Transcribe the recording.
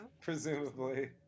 presumably